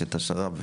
את השר"פ,